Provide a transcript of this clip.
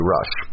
Rush